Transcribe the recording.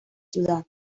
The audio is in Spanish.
ciudad